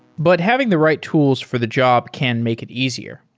but having the right tools for the job can make it easier.